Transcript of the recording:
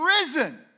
risen